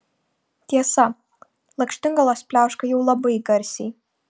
tiesa lakštingalos pliauška jau labai garsiai